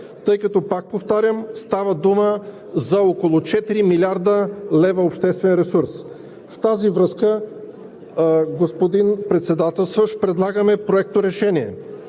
тъй като, пак повтарям, става дума за около 4 млрд. лв. обществен ресурс. В тази връзка, господин Председател, предлагаме Проекторешение: